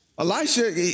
Elijah